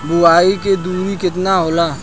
बुआई के दुरी केतना होला?